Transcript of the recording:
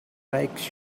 makes